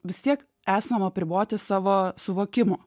vis tiek esam apriboti savo suvokimo